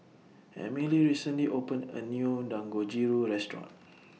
Emily recently opened A New Dangojiru Restaurant